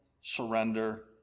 surrender